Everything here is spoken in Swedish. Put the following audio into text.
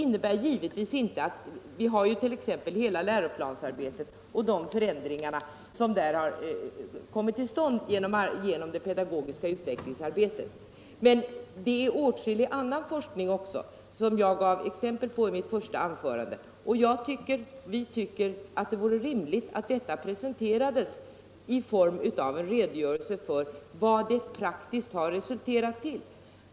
Vi vet att det har lett till förändringar på läroplansområdet, men det förekommer också åtskillig annan forskning som jag gav exempel på i mitt första anförande, och vi tycker att det vore rimligt att en redogörelse presenterades för vad den praktiskt har resulterat i.